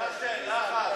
תבקר בישראל.